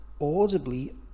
audibly